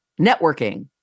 networking